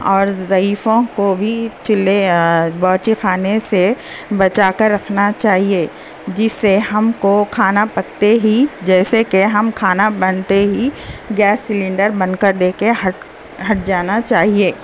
اور ضعیفوں کو بھی چولہے باورچی خانے سے بچا کے رکھنا چاہیے جس سے ہم کو کھانا پکتے ہی جیسے کہ ہم کھانا بنتے ہی گیس سلنڈر بن کر دے کے ہٹ ہٹ جانا چاہیے